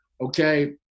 okay